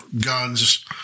guns